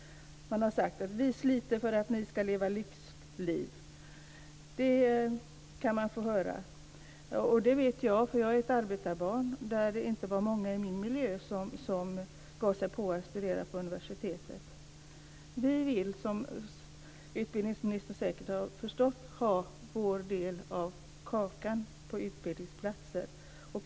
Man har sagt: Vi sliter för att ni skall leva lyxliv. Det kan man få höra. Det vet jag som arbetarbarn på den tiden då det inte var många i min miljö som gav sig på att studera på universitetet. Vi vill, som utbildningsministern säkert har förstått, ha vår del av kakan med utbildningsplatser.